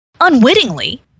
unwittingly